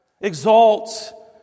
Exalt